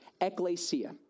ecclesia